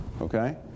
Okay